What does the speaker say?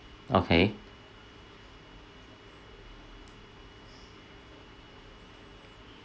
okay